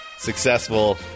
successful